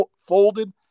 folded